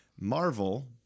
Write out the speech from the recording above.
Marvel